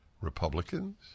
Republicans